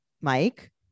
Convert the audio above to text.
Mike